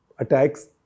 attacks